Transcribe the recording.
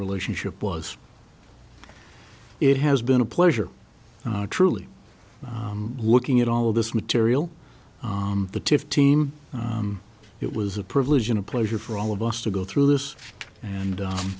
relationship was it has been a pleasure truly looking at all of this material the tiff team it was a privilege and a pleasure for all of us to go through this and